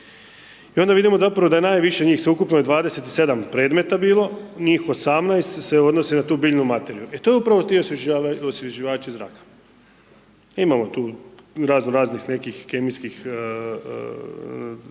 i onda vidimo zapravo da najviše njih sveukupno 27 predmeta je bilo, njih 18 se odnosi na tu biljnu materiju, e to je ti osvježivači zraka. Imamo tu raznoraznih nekih kemijskih